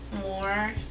more